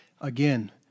Again